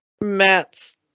Matt's